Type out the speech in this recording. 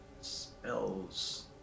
spells